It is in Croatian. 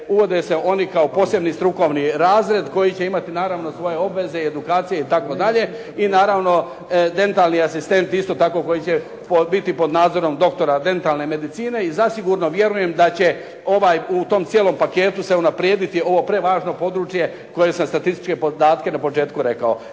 uvode se oni kao posebni strukovni razred koji će imati svoje obveze i edukacije itd., i naravno dentalni asistent koji će biti pod nadzorom doktora dentalne medicine i zasigurno vjerujem da će ovaj u tom cijelom paketu unaprijediti ovo prevažno područje koje sam statističke podatke na početku rekao.